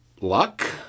luck